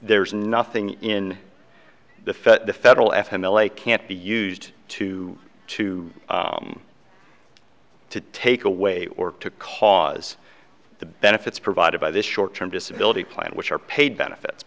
there's nothing in the federal f m l a can't be used to to to take away or to cause the benefits provided by the short term disability plan which are paid benefits